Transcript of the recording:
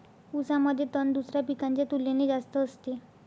ऊसामध्ये तण दुसऱ्या पिकांच्या तुलनेने जास्त असते